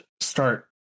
start